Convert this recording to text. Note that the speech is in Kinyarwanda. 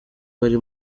bari